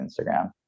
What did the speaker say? Instagram